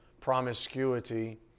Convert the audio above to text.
promiscuity